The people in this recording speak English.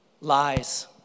lies